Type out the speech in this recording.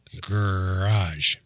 garage